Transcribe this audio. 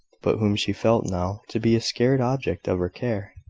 but whom she felt now to be a sacred object of her care!